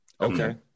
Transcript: Okay